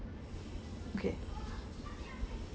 okay